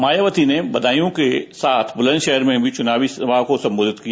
मायावती ने बदायू के साथ बुलन्दशहर में भी चुनावी सभाओं को संबोधित किया